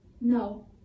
No